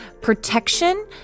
protection